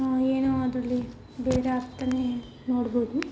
ಏನೋ ಅದರಲ್ಲಿ ಬೇರೆ ಅರ್ಥನೇ ನೋಡ್ಬೋದು